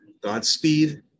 Godspeed